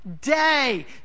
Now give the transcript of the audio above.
day